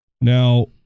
Now